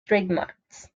trademarks